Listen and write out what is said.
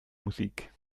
musik